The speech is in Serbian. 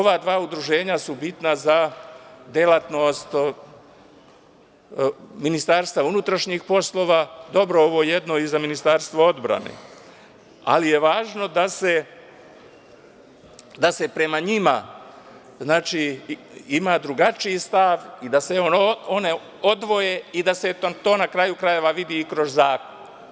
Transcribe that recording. Ova dva udruženja su bitna za delatnost Ministarstva unutrašnjih poslova, dobro, ovo jedno je i za Ministarstvo odbrane, ali je važno da se prema njima ima drugačiji stav, da se one odvoje i da se to, na kraju krajeva, vidi i kroz zakon.